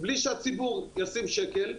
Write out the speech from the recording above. בלי שהציבור ישים שקל,